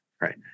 Right